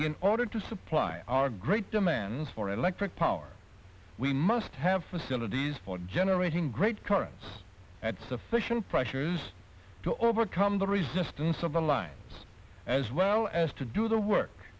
in order to supply our great demand for electric power we must have facilities for generating great currents at sufficient pressures to overcome the resistance of the lines as well as to do the work